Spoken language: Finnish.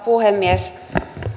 puhemies